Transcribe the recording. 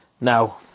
Now